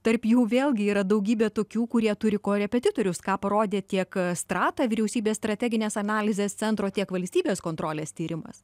tarp jų vėlgi yra daugybė tokių kurie turi korepetitorius ką parodė tiek strata vyriausybės strateginės analizės centro tiek valstybės kontrolės tyrimas